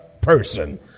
person